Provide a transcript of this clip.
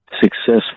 successful